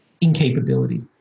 incapability